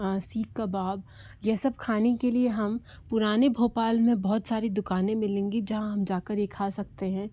सीख़ कबाब यह सब खाने के लिए हम पुराने भोपाल में बहुत सारी दुकाने मिलेंगी जहाँ हम जा कर ये खा सकते हैं